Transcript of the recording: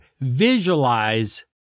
visualize